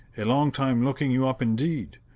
a long time looking you up indeed!